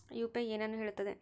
UPI ಏನನ್ನು ಹೇಳುತ್ತದೆ?